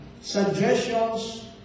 suggestions